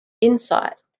insight